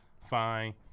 Fine